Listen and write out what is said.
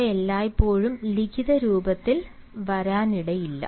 അവ എല്ലായ്പ്പോഴും ലിഖിത രൂപത്തിൽ വരാനിടയില്ല